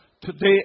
Today